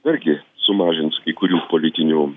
irgi sumažins kai kurių politinių